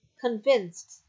convinced